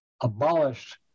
abolished